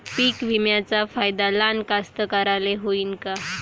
पीक विम्याचा फायदा लहान कास्तकाराइले होईन का?